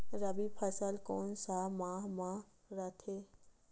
रबी फसल कोन सा माह म रथे?